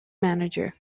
manager